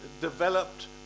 developed